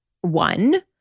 one